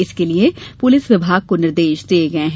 इसके लिए पुलिस विभाग को निर्देश दिए हैं